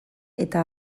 eta